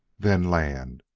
then land,